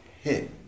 hit